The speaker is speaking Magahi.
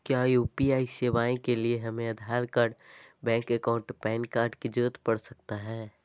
क्या यू.पी.आई सेवाएं के लिए हमें Aadhaar card bank account PAN card की जरूरत पड़ सकता है?